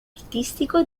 artistico